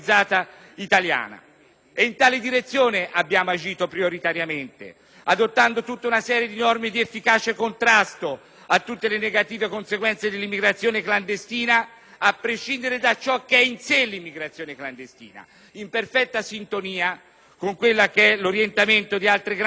adottando tutta una serie di norme di efficace contrasto a tutte le negative conseguenze dell'immigrazione clandestina, a partire da ciò che è in sé l'immigrazione clandestina, in perfetta sintonia con l'orientamento di altre grandi Nazioni europee, il Regno Unito tra tutte, per citare una delle Patrie del diritto.